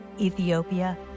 Ethiopia